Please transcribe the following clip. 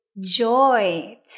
joy